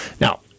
now